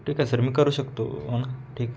ठीक आहे सर मी करू शकतो हां ठीक